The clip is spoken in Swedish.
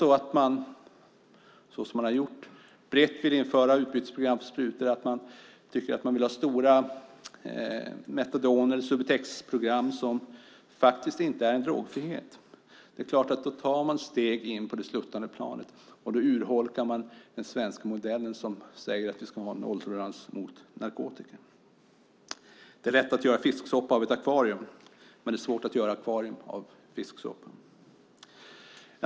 Vill man brett införa utbytesprogram för sprutor och ha stora Metadon eller Subutexprogram som faktiskt inte är drogfrihet tar man steg in på det sluttande planet och urholkar den svenska modellen som säger att vi ska nolltolerans mot narkotika. Det är lätt att göra fisksoppa av ett akvarium, men det är svårt att göra ett akvarium av fisksoppa.